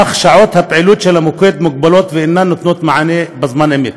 אך שעות הפעילות של המוקד מוגבלות ואינן נותנות מענה בזמן אמת.